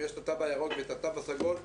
אם יש את התו הירוק ואת התו הסגול,